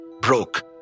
broke